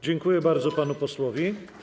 Dziękuję bardzo panu posłowi.